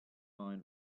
mind